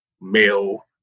male